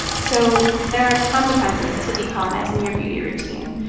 so there are consequences to decolonizing your beauty routine.